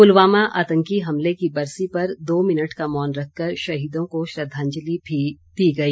पुलवामा आतंकी हमले की बरसी पर दो मिनट का मौन रखकर शहीदों को श्रद्वांजलि भी दी गई